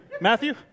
Matthew